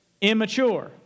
Immature